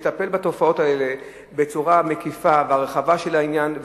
לטפל בתופעות האלה בצורה מקיפה ורחבה של העניין,